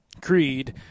creed